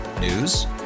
News